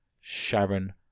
Sharon